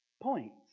points